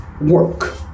work